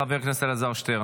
חבר הכנסת אלעזר שטרן,